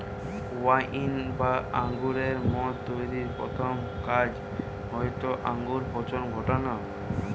wine বা আঙুরের মদ তৈরির প্রথম কাজ হয়টে আঙুরে পচন ঘটানা